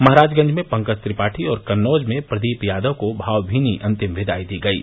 महराजगंज में पंकज त्रिपाठी और कन्नौज में प्रदीप यादव को भावभीनी अन्तिम विदायी दी गयी